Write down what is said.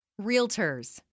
Realtors